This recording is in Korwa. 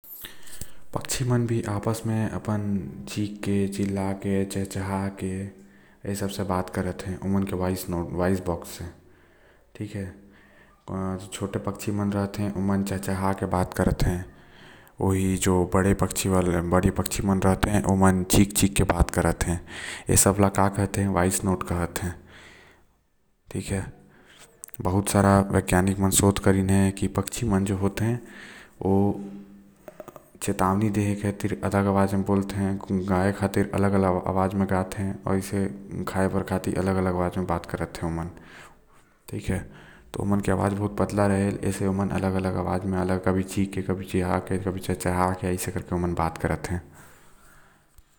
पक्षी मन भी आपस म छींक के चहचहा के चिल्ला के बात करते। जो छोटा पक्षी मन हैं ओ चहचहा के बात करत हैं आऊ बड़ा पक्षी मन चिल्ला के बात करत हैं। ए सब ल वॉइस नोट कहत हैं। बहुत सारा वैज्ञानिक मन शोध करीन हैं के पक्षी मन चेतावनी देह बार अलग आवाज म बोलते या चिल्लाथे।